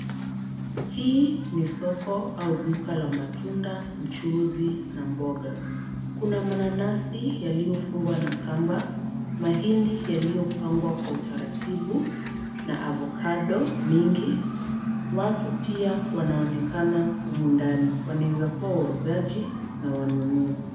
Hii ni soko au duka la matunda, mchuuzi na mboga. Kuna mananasi yaliyofungwa na kamba, mahindi yaliyopangwa kwa utaratibu na avokado mingi. Watu pia wanaonekana humu ndani. Wanaweza kuwa wauzaji na wanunuzi.